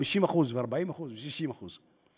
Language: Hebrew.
50% ו-40% ו-60%.